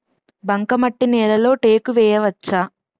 బంకమట్టి నేలలో టేకు వేయవచ్చా?